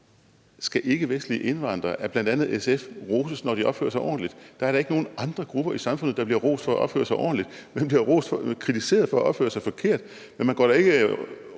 skal ikkevestlige indvandrere roses af bl.a. SF, når de opfører sig ordentligt? Der er da ikke nogen andre grupper i samfundet, der bliver rost for at opføre sig ordentligt. Man bliver kritiseret for at opføre sig forkert, men man går da ikke